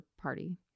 party